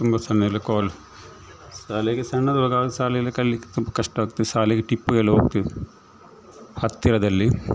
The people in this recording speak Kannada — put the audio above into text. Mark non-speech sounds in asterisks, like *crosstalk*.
ತುಂಬ ಸಣ್ಣ *unintelligible* ಶಾಲೆಗೆ ಸಣ್ಣದಿರುವಾಗ ಶಾಲೆಯಲ್ಲಿ ಕಲಿಲಿಕ್ಕೆ ತುಂಬ ಕಷ್ಟ ಆಗ್ತಿತ್ತು ಶಾಲೆಗೆ ಟಿಪ್ಪು ಎಲ್ಲ ಹೋಗ್ತಿದ್ದೆ ಹತ್ತಿರದಲ್ಲಿ